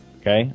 Okay